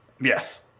Yes